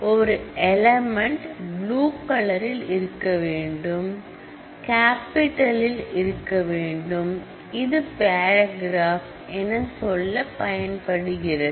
ஒரு element blue கலரில் இருக்கவேண்டும் கேப்பிட்டல் இருக்கவேண்டும் இது பரக்ராப் என சொல்ல பயன்படுகிறது